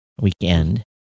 weekend